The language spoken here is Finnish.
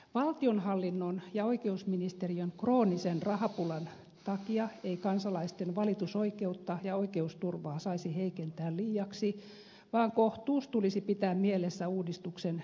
valtionhallinnon ja oikeusministeriön kroonisen rahapulan takia ei kansalaisten valitusoikeutta ja oikeusturvaa saisi heikentää liiaksi vaan kohtuus tulisi pitää mielessä uudistuksen jatkokäsittelyssä